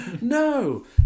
No